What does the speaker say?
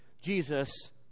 Jesus